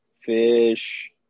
fish